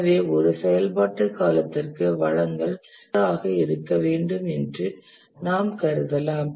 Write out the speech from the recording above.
எனவே ஒரு செயல்பாட்டு காலத்திற்கு வளங்கள் நிலையானது ஆக இருக்க வேண்டும் என்று நாம் கருதலாம்